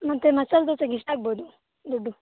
ಮತ್ತೆ ಮಸಾಲೆ ದೋಸೆಗೆ ಎಷ್ಟಾಗಬಹುದು ದುಡ್ಡು